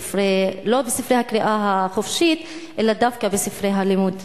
לא בספרי הקריאה החופשית אלא דווקא בספרי הלימוד.